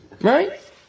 Right